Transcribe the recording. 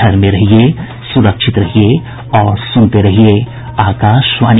घर में रहिये सुरक्षित रहिये और सुनते रहिये आकाशवाणी